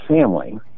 family